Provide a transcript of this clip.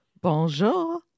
Bonjour